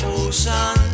ocean